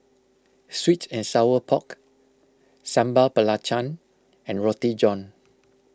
Sweet and Sour Pork Sambal Belacan and Roti John